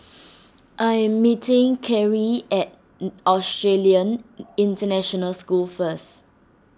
I am meeting Karrie at Australian International School first